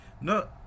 No